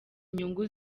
nyungu